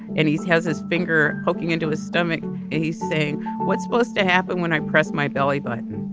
and he's has his finger poking into his stomach and he's saying, what's supposed to happen when i press my belly button